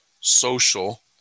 social